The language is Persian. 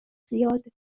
زیاده